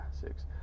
six